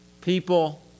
People